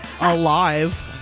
Alive